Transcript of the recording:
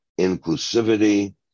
inclusivity